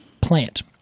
plant